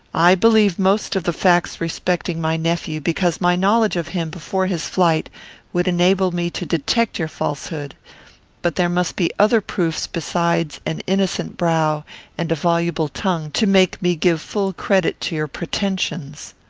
i believe most of the facts respecting my nephew, because my knowledge of him before his flight would enable me to detect your falsehood but there must be other proofs besides an innocent brow and a voluble tongue, to make me give full credit to your pretensions.